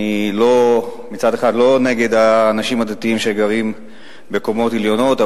אני לא נגד האנשים הדתיים שגרים בקומות עליונות,